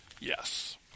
Yes